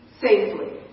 safely